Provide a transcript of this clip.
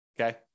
Okay